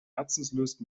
herzenslust